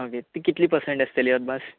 ती कितली पर्संट आसतली अदमास